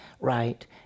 right